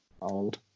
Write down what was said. old